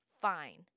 fine